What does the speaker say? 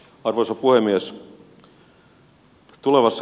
arvoisa puhemies